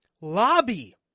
lobby